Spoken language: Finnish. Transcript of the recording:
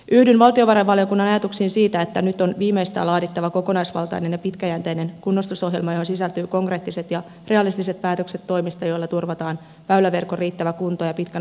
yhdyn valtiovarainvaliokunnan ajatuksiin siitä että nyt on viimeistään laadittava kokonaisvaltainen ja pitkäjänteinen kunnostusohjelma johon sisältyy konkreettiset ja realistiset päätökset toimista joilla turvataan väyläverkon riittävä kunto ja pitkän aikavälin rahoitus